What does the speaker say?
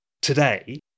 today